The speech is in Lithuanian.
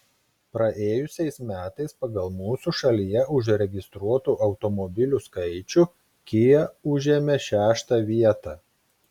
praėjusiais metais pagal mūsų šalyje užregistruotų automobilių skaičių kia užėmė šeštą vietą